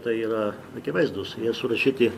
tai yra akivaizdūs jie surašyti